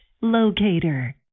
locator